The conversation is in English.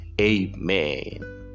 Amen